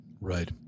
right